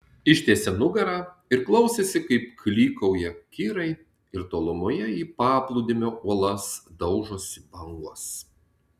ištiesė nugarą ir klausėsi kaip klykauja kirai ir tolumoje į paplūdimio uolas daužosi bangos